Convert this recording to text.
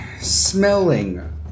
smelling